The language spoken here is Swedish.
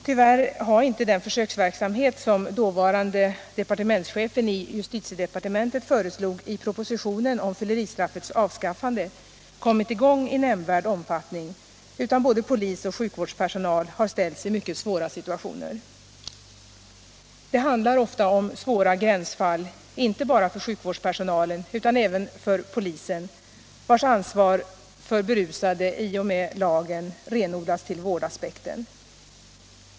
Tyvärr har inte den försöksverksamhet som dåvarande chefen för justitiedepartementet föreslog i propositionen om fylleristraffets avskaffande kommit i gång i nämnvärd omfattning, utan både polisoch sjukvårdspersonal har ställts i mycket svåra situationer. Det handlar ofta om besvärliga gränsfall, inte bara för sjukvårdspersonalen utan även för polisen, vars ansvar för berusade i och med lagen renodlats till vårdaspekten.